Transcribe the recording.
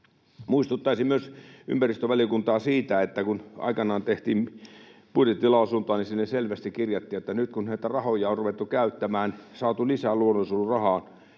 Muistuttaisin myös ympäristövaliokuntaa siitä, että kun aikanaan tehtiin budjettilausuntoa, niin sinne selvästi kirjattiin, että nyt kun näitä rahoja on ruvettu käyttämään, saatu lisää luonnonsuojelurahaa